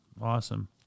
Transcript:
awesome